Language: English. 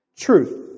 Truth